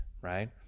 right